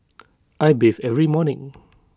I bathe every morning